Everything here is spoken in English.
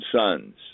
sons